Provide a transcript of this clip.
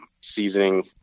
seasoning